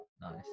Nice